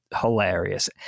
hilarious